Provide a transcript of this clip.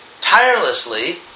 tirelessly